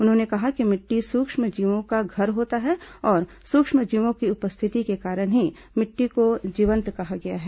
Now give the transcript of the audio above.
उन्होंने कहा कि मिट्टी सूक्ष्म जीवों का घर होता है और सूक्ष्म जीवों की उपस्थिति के कारण ही मिट्टी को जीवंत कहा गया है